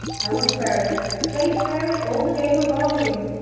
i won fairly. i played fairly all the game of our wooing!